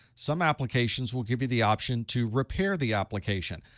some applications will give you the option to repair the application.